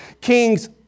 kings